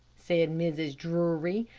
said mrs. drury.